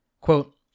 quote